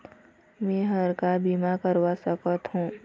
मैं हर का बीमा करवा सकत हो?